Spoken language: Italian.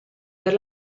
per